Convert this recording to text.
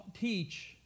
teach